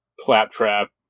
claptrap